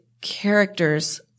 characters